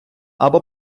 або